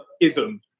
ism